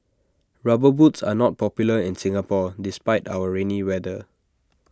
rubber boots are not popular in Singapore despite our rainy weather